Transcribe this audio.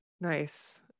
nice